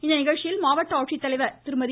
இந்நிகழ்ச்சியில் மாவட்ட ஆட்சித்தலைவர் திருமதி